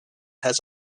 has